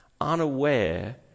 unaware